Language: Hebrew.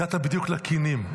הגעת בדיוק לכינים,